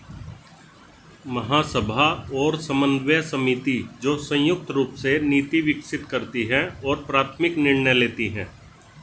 महासभा और समन्वय समिति, जो संयुक्त रूप से नीति विकसित करती है और प्राथमिक निर्णय लेती है